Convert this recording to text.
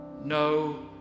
No